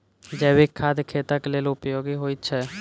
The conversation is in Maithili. जैविक खाद खेतक लेल उपयोगी होइत छै